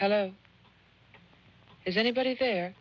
hello is anybody there